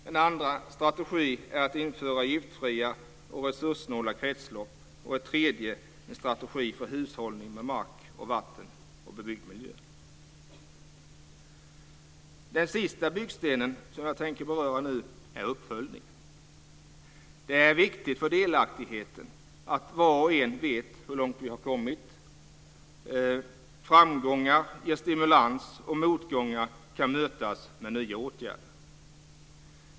Den andra strategin är att införa giftfria och resurssnåla kretslopp, och den tredje är en strategi för hushållning med mark, vatten och bebyggd miljö. Den sista byggstenen, som jag nu tänker beröra, är uppföljningen. Det är viktigt för delaktigheten att var och en vet hur långt vi har kommit. Framgångar ger stimulans, och motgångar kan mötas med nya åtgärder.